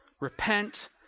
repent